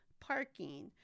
parking